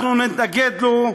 אנחנו נתנגד לו.